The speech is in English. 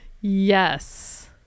Yes